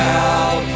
out